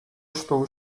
estou